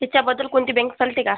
तिच्याबद्दल कोणती बँक चालते का